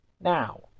Now